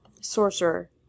sorcerer